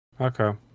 okay